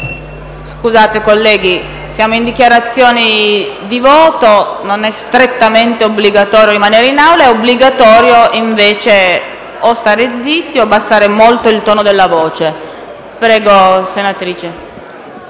Scusate, colleghi, siamo in dichiarazione di voto. Non è strettamente obbligatorio rimanere in Aula; è obbligatorio invece stare zitti o abbassare molto il tono della voce. Non